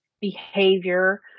behavior